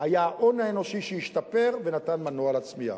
היה ההון האנושי שהשתפר ונתן מנוע לצמיחה.